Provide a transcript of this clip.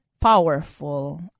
powerful